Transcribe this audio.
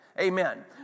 Amen